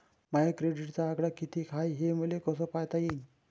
माया क्रेडिटचा आकडा कितीक हाय हे मले कस पायता येईन?